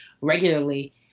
regularly